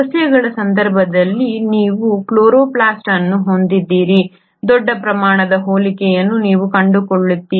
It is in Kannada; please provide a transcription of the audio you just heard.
ಸಸ್ಯಗಳ ಸಂದರ್ಭದಲ್ಲಿ ನೀವು ಕ್ಲೋರೊಪ್ಲ್ಯಾಸ್ಟ್ ಅನ್ನು ಹೊಂದಿದ್ದೀರಿ ದೊಡ್ಡ ಪ್ರಮಾಣದ ಹೋಲಿಕೆಯನ್ನು ನೀವು ಕಂಡುಕೊಳ್ಳುತ್ತೀರಿ